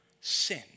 sin